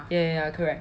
ya ya ya correct